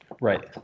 Right